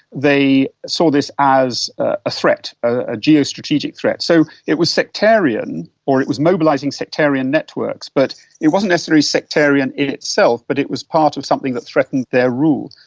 they saw this as a threat, a geostrategic threat. so it was sectarian, or it was mobilising sectarian networks, but it wasn't necessarily sectarian in itself but it was part of something that threatened their rule.